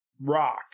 rock